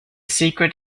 secret